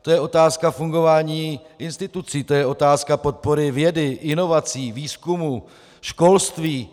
To je otázka fungování institucí, to je otázka podpory vědy, inovací, výzkumu, školství.